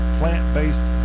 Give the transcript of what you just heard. plant-based